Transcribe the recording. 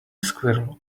squirrel